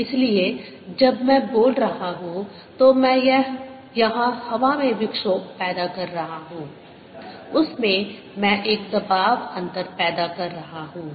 इसलिए जब मैं बोल रहा हूं तो मैं यहां हवा में विक्षोभ पैदा कर रहा हूं उस में मैं एक दबाव अंतर पैदा कर रहा हूं